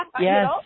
Yes